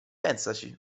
pensaci